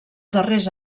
darrers